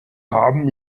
haben